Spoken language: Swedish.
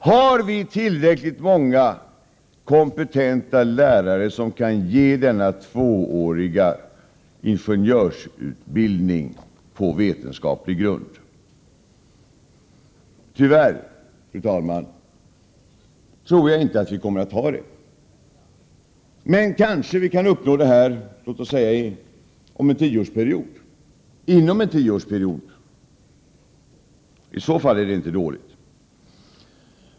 Har vi tillräckligt många kompetenta lärare som kan ge denna tvååriga ingenjörsutbildning på vetenskaplig grund? Tyvärr, fru talman, tror jag inte att vi kommer att ha det. Men kanske vi kan uppnå detta inom låt oss säga en tioårsperiod. I så fall är det inte dåligt.